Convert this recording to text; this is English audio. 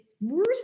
worse